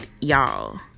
y'all